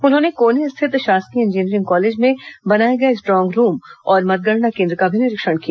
उन्होंने कोनी स्थित शासकीय इंजीनियरिंग कॉलेज में बनाए गए स्ट्रांग रूम और मतगणना केंद्र का भी निरीक्षण किया